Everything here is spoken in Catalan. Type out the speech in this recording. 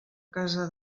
casa